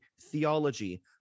theology